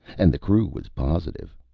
and the crew was positive.